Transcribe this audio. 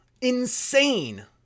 Insane